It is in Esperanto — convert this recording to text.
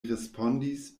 respondis